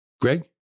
Greg